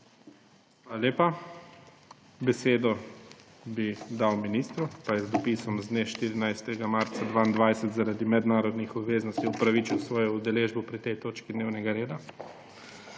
Hvala lepa. Besedo bi dal ministru, pa je z dopisom z dne 14. marca 2022 zaradi mednarodnih obveznosti opravičil svojo udeležbo pri tej točki dnevnega reda.